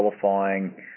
qualifying